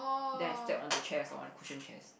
then I slept on the chairs on the cushion chairs